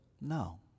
No